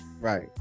right